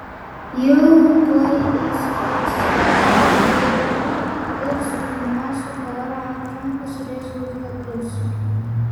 jau tuoj eisiu pasiimti bilio ir sužinosiu choro atrankos rezultatus